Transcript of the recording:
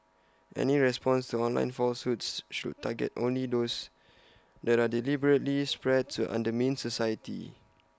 any response to online falsehoods should target only those that are deliberately spread to undermine society